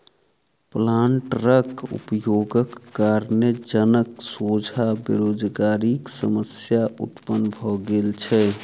प्लांटरक उपयोगक कारणेँ जनक सोझा बेरोजगारीक समस्या उत्पन्न भ गेल छै